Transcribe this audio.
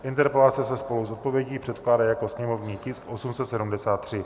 Interpelace se spolu s odpovědí předkládá jako sněmovní tisk 873.